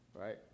right